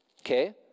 Okay